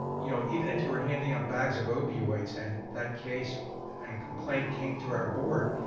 you know even if you were handing out bags of opioids and that case and complaint came to our board,